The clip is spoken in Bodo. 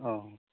औ